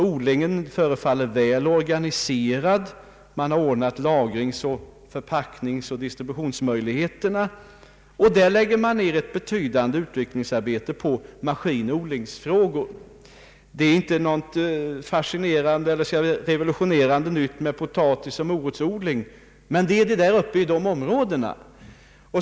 Odlingen förefaller väl organiserad; man har ordnat lagrings-, förpackningsoch distributionsmöjligheter, och man lägger ned ett betydande utvecklingsarbete på maskinoch odlingsfrågor. Det är inte något revolutionerande nytt med potatisoch morotsodling, men det är något nytt där uppe i dessa områden.